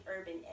urban